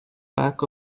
back